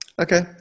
Okay